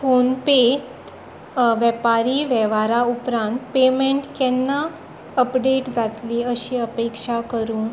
फोनपेत वेपारी वेव्हारा उपरांत पेमेंट केन्ना अपडेट जातली अशी अपेक्षा करूं